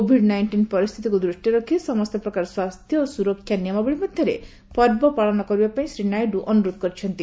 Covid nineteen ପରିସ୍ଥିତିକୁ ଦୃଷ୍ଟିରେ ରଖି ସମସ୍ତ ପ୍ରକାର ସ୍ୱାସ୍ଥ୍ୟ ଓ ସୁରକ୍ଷା ନିୟମାବଳୀ ମଧ୍ୟରେ ପର୍ବ ପାଳନ କରିବା ପାଇଁ ଶ୍ରୀ ନାଇଡ଼ୁ ଅନୁରୋଧ କରିଛନ୍ତି